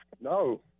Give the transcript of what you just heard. No